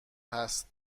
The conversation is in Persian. هست